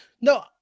No